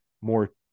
more